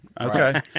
Okay